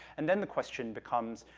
and then the question becomes,